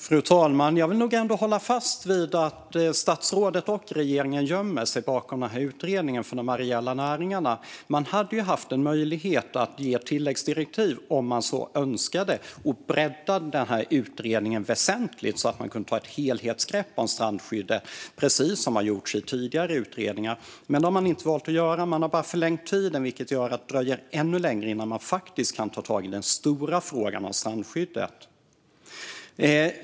Fru talman! Jag vill nog ändå hålla fast vid att statsrådet och regeringen gömmer sig bakom utredningen om de areella näringarna. Man har haft en möjlighet att ge tilläggsdirektiv, om man så önskade, och bredda utredningen väsentligt så att man kan ta ett helhetsgrepp om strandskyddet, precis som har gjorts i tidigare utredningar. Men det har man inte valt att göra, utan man har bara förlängt tiden. Det innebär att det kommer att dröja ännu längre innan man faktiskt kan ta tag i den stora frågan om strandskyddet.